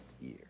year